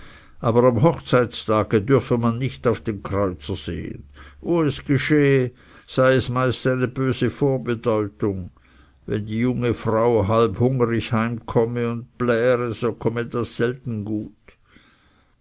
aber am hochzeittage dürfe man nicht auf den kreuzer sehen wo es geschehe sei es meist eine böse vorbedeutung wenn die junge frau halb hungrig heimkomme und pläre so komme das selten gut